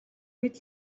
үед